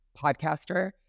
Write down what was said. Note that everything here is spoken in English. podcaster